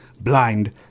blind